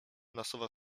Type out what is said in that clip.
nasuwa